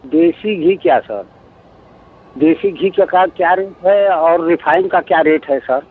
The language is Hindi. देसी घी क्या सर देसी घी का का क्या रेट है और रिफाइन्ड का क्या रेट है सर